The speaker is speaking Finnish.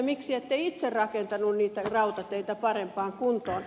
miksi ette itse rakentanut niitä rautateitä parempaan kuntoon